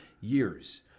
years